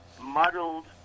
muddled